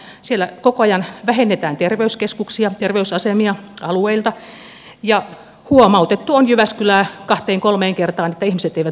siellä koko ajan vähennetään terveyskeskuksia terveysasemia alueilta ja huomautettu on jyväskylää kahteen kolmeen kertaan että ihmiset eivät saa palveluita